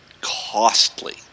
costly